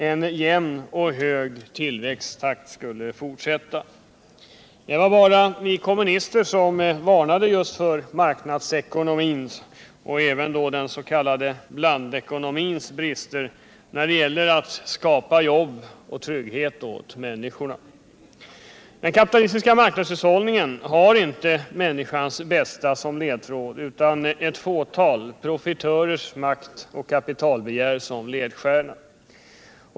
En jämn och hög tillväxttakt skulle fortsätta. Det var bara vi kommunister som varnade för marknadsekonomin och den s.k. blandekonomins brister när det gäller att skapa jobb och trygghet åt människorna. Den kapitalistiska marknadshushållningen har inte människans bästa utan ett fåtal profitörers makt och kapitalbegär som ledstjärna.